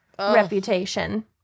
reputation